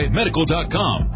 medical.com